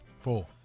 Four